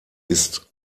ist